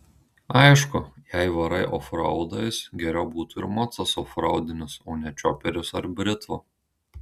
aišku jei varai ofraudais geriau būtų ir mocas ofraudinis o ne čioperis ar britva